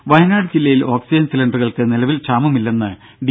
രുഭ വയനാട് ജില്ലയിൽ ഓക്സിജൻ സിലിണ്ടറുകൾക്ക് നിലവിൽ ക്ഷാമമില്ലെന്ന് ഡി